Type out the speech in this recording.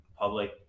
public